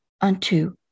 Unto